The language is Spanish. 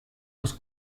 los